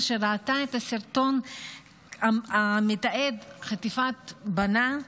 שראתה את הסרטון המתעד את חטיפת בנה,